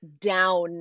down